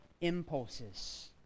impulses